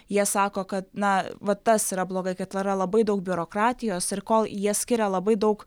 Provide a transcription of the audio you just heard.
jie sako kad na va tas yra blogai kad yra labai daug biurokratijos ir kol jie skiria labai daug